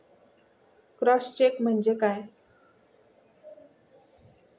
Cross check म्हणजे काय?